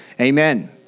Amen